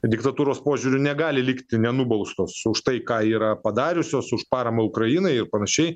diktatūros požiūriu negali likti nenubaustos už tai ką yra padariusios už paramą ukrainai ir panašiai